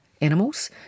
animals